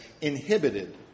inhibited